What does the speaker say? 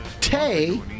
Tay